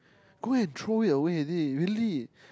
go and throw it away already really